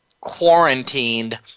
quarantined